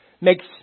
makes